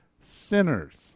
sinners